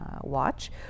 watch